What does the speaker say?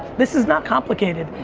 this is not complicated,